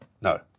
No